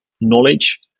knowledge